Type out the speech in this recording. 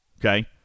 Okay